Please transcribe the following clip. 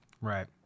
Right